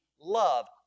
love